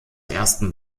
ersten